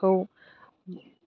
खौ